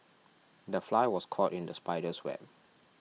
the fly was caught in the spider's web